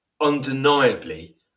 undeniably